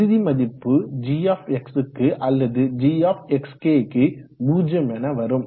இறுதிமதிப்பு g க்கு அல்லது g க்கு 0 என வரும்